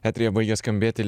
eteryje baigė skambėti